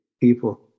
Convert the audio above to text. people